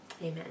Amen